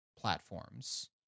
platforms